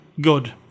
good